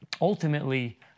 Ultimately